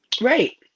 Right